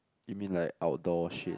you mean like outdoor shit